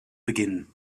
beginnen